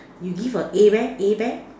you give a A bear A bear